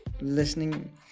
listening